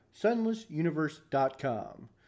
SunlessUniverse.com